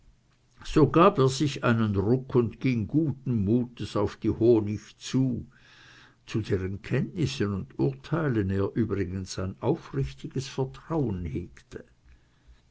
so gab er sich einen ruck und ging guten muts auf die honig zu zu deren kenntnissen und urteilen er übrigens ein aufrichtiges vertrauen hegte